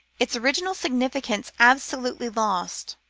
its original significance absolutely lost,